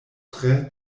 tre